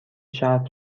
شرط